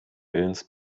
willens